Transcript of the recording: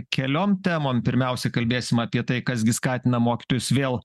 keliom temom pirmiausiai kalbėsim apie tai kas gi skatina mokytojus vėl